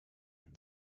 and